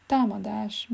Támadás